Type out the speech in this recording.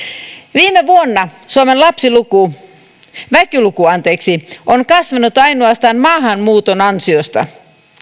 viime vuonna suomen väkiluku on kasvanut ainoastaan maahanmuuton ansiosta